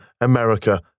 America